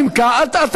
תענה.